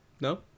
No